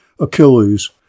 Achilles